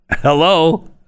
Hello